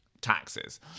taxes